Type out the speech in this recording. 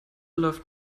läuft